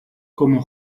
como